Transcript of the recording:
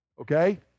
Okay